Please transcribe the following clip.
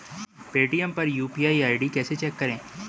Paytm पर UPI ID कैसे check करें?